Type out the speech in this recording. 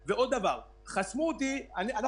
רבותיי, יש עשרות אלפי בדיקות.